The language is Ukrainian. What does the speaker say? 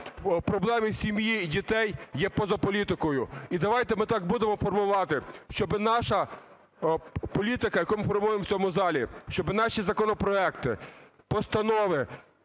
проблеми сім'ї і дітей, є поза політикою. І давайте ми так будемо формувати, щоби наша політика, яку ми формуємо в цьому залі, щоби наші законопроекти, постанови,